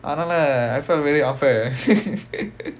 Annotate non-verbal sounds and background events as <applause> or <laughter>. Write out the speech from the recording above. அதுனால:athunaala I felt really unfair <noise>